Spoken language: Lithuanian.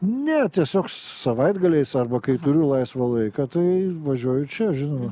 ne tiesiog savaitgaliais arba kai turiu laisvą laiką tai važiuoju čia žinoma